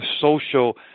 social